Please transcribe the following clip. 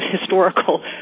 historical